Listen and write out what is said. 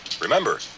Remember